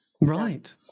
Right